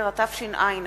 10), התש"ע 2010,